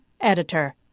Editor